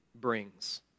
brings